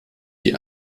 die